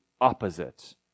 opposite